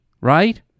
right